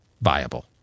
viable